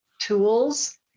tools